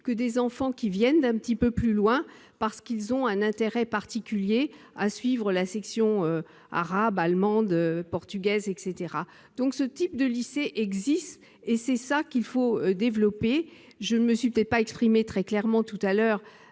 que des jeunes qui viennent d'un peu plus loin, parce qu'ils ont un intérêt particulier à suivre la section arable, allemande, portugaise, etc. Ce type de lycée existe, et c'est ce qu'il faut développer. Je ne me suis peut-être pas exprimé très clairement par rapport